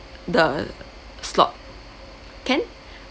the slot can